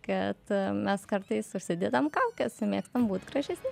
kad mes kartais užsidedam kaukes mėgstam būt gražesni